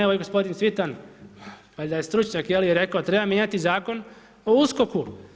Evo, gospodin Cvitan, valjda je stručnjak, rekao treba mijenjati Zakon o USKOK-u.